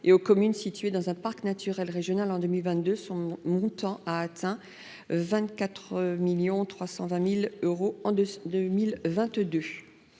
et aux communes situées dans un parc naturel régional en 2022. Son montant total a atteint 24,32 millions d'euros en 2022.